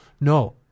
No